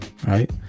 Right